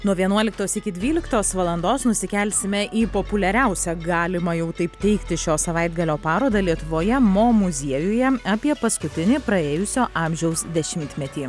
nuo vienuoliktos iki dvyliktos valandos nusikelsime į populiariausią galima jau taip teigti šio savaitgalio parodą lietuvoje mo muziejuje apie paskutinį praėjusio amžiaus dešimtmetį